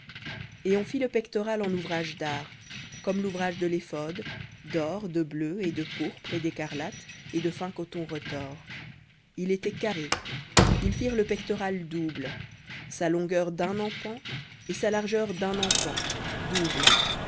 et on fit le pectoral en ouvrage d'art comme l'ouvrage de l'éphod d'or de bleu et de pourpre et d'écarlate et de fin coton retors il était carré ils firent le pectoral double sa longueur d'un empan et sa largeur d'un empan double